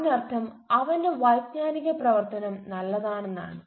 അതിനർത്ഥം അവന്റെ വൈജ്ഞാനിക പ്രവർത്തനം നല്ലതാണെന്നാണ്